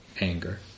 anger